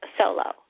solo